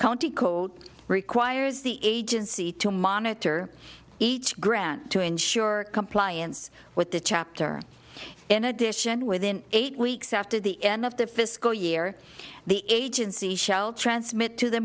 county code requires the agency to monitor each grant to ensure compliance with the chapter in addition within eight weeks after the end of the fiscal year the agency shell transmit t